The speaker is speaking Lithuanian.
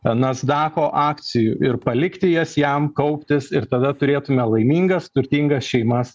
nazdako akcijų ir palikti jas jam kauptis ir tada turėtume laimingas turtingas šeimas